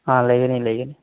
ꯑꯥ ꯂꯩꯒꯅꯤ ꯂꯩꯒꯅꯤ